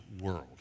world